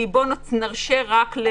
צריך לוודא שהחנות אכן סגורה ושהקהל לא